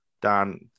dan